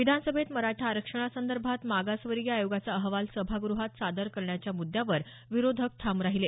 विधानसभेत मराठा आरक्षणासंदर्भात मागासवर्गीय आयोगाचा अहवाल सभागृहात सादर करण्याच्या मुद्यावर विरोधक ठाम राहीले